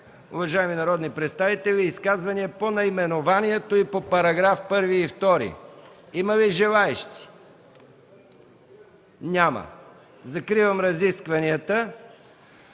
Уважаеми народни представители, изказвания по наименованието и по § 1 и § 2. Има ли желаещи? Няма. Закривам разискванията.